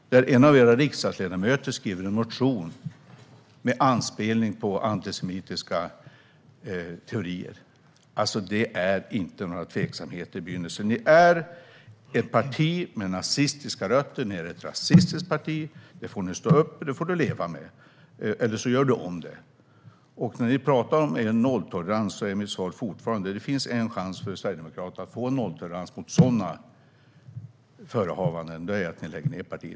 Och en av era riksdagsledamöter skriver en motion med anspelning på antisemitiska teorier. Det är inte några tveksamheter i begynnelsen. Ni är ett parti med nazistiska rötter, och ni är ett rasistiskt parti. Det får ni stå upp för, och det får du leva med, eller så gör du om det. När ni talar om er nolltolerans är mitt svar fortfarande: Det finns en chans för Sverigedemokraterna att få en nolltolerans mot sådana förehavanden, och det är att ni lägger ned partiet.